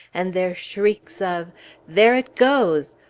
and their shrieks of there it goes!